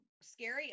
scary